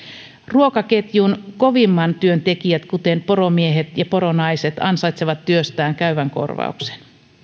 ruokaketjun kovimman työn tekijät kuten poromiehet ja poronaiset ansaitsevat työstään käyvän korvauksen